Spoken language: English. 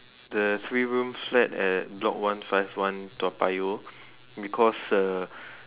the three room flat at block one five one Toa-Payoh because uh